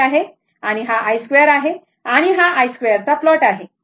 हा i हा i आहे आणि हा i 2 आहे हा i 2 चा प्लॉट आहे बरोबर